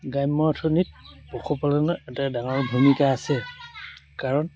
গ্ৰাম্য অৰ্থনীত পশুপালনৰ এটা ডাঙৰ ভূমিকা আছে কাৰণ